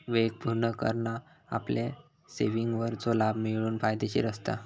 वेळेक पुर्ण करना आपल्या सेविंगवरचो लाभ मिळवूक फायदेशीर असता